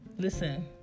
Listen